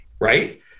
right